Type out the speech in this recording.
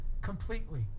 completely